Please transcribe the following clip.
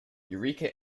eureka